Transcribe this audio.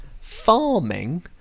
farming